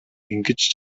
ингэж